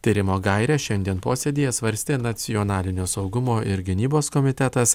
tyrimo gaires šiandien posėdyje svarstė nacionalinio saugumo ir gynybos komitetas